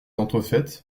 entrefaites